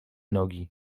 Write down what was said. nogi